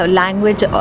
language